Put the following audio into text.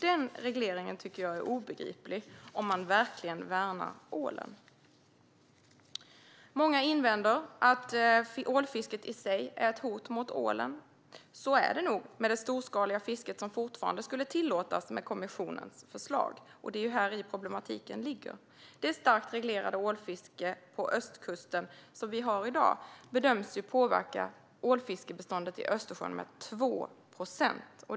Den regleringen är obegriplig - om man verkligen värnar ålen. Många invänder att ålfisket i sig är ett hot mot ålen. Så är det nog med det storskaliga fisket som fortfarande skulle tillåtas med kommissionens förslag. Det är häri problemen ligger. Det i dag starkt reglerade ålfisket på östkusten bedöms påverka ålfiskebeståndet i Östersjön med 2 procent.